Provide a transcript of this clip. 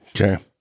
Okay